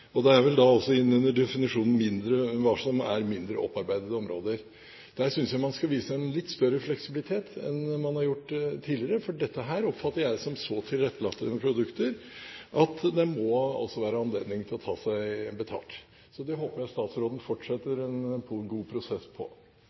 Det er vel også innunder definisjonen av hva som er mindre opparbeidede områder. Der synes jeg man skal vise en litt større fleksibilitet enn man har gjort tidligere, for dette oppfatter jeg som så tilrettelagte produkter at det må være anledning til å ta seg betalt. Så det håper jeg statsråden fortsetter en god prosess på.